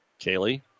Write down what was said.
Kaylee